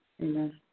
Amen